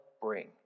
bring